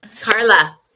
Carla